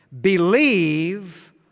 Believe